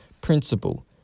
principle